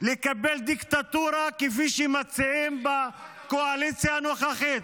לקבל דיקטטורה כפי שמציעים בקואליציה הנוכחית.